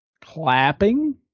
Clapping